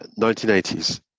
1980s